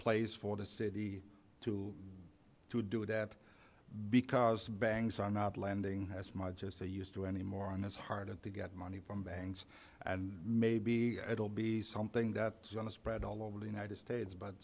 place for the city to to do that because banks are not lending as much as they used to anymore on this hard to get money from banks and maybe it'll be something that's going to spread all over the united states but